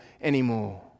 anymore